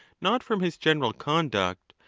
not from his general conduct,